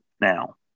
Now